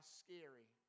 scary